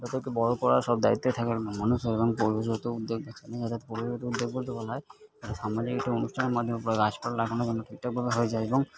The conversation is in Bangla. ছোটো থেকে বড়ো করা সব দায়িত্বে থাকেন মানুষের এখন পরিবেশগত উদ্যোগ পরিবেশগত উদ্যোগ বলতে বলা হয় সামাজিক একটা অনুষ্ঠানের মাধ্যমে গাছপালা লাগানো ঠিকঠাকভাবে হয় যাই হোক